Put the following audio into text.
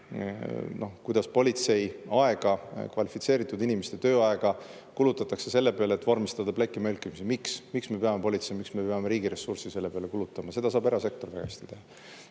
kuidas politsei aega, kvalifitseeritud inimeste tööaega kulutatakse selle peale, et vormistada plekimõlkimisi. Miks? Miks me peame politsei ja riigi ressurssi selle peale kulutama? Seda saab erasektor ka hästi teha. Nii